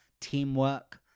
teamwork